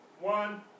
one